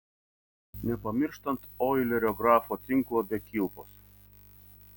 nepamirštant oilerio grafo tinklo be kilpos